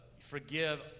forgive